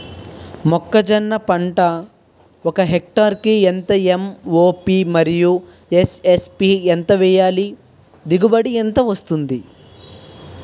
మొక్కజొన్న పంట ఒక హెక్టార్ కి ఎంత ఎం.ఓ.పి మరియు ఎస్.ఎస్.పి ఎంత వేయాలి? దిగుబడి ఎంత వస్తుంది?